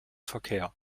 verkehr